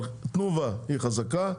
אבל תנובה היא חזקה,